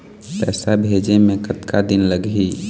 पैसा भेजे मे कतका दिन लगही?